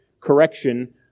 correction